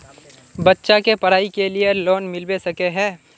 बच्चा के पढाई के लिए लोन मिलबे सके है?